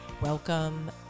Welcome